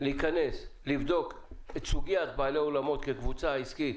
להיכנס ולבדוק את סוגית בעלי האולמות כקבוצה עסקית